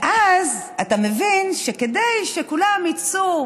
ואז אתה מבין שכדי שכולם יצאו